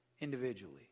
individually